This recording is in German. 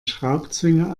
schraubzwinge